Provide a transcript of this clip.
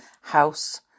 house